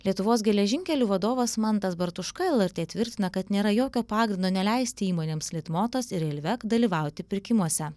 lietuvos geležinkelių vadovas mantas bartuška lrt tvirtina kad nėra jokio pagrindo neleisti įmonėms litmotas ir reilvek dalyvauti pirkimuose